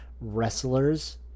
wrestlers